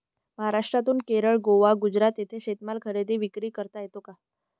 महाराष्ट्रातून केरळ, गोवा, गुजरात येथे शेतीमाल खरेदी विक्री करता येतो का?